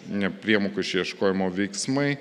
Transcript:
nepriemokų išieškojimo veiksmai